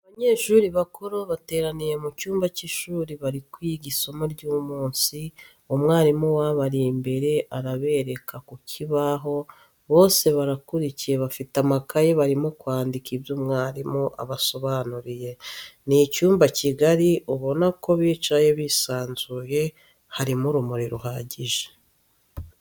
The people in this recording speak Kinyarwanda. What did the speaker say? Abanyeshuri bakuru bateraniye mu cyumba cy'ishuri bari kwiga isomo ry'umunsi, umwalimu wabo ari imbere arabereka ku kibaho, bose barakurikiye bafite amakaye barimo kwandika ibyo umwalimu abasobanuriye. Ni icyumba kigari ubona ko bicaye bisanzuye, harimo urumuri ruhagije.